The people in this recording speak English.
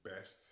best